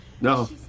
No